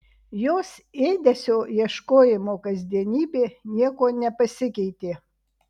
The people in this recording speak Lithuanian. jos ėdesio ieškojimo kasdienybė niekuo nepasikeitė